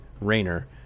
Rayner